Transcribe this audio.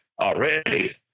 already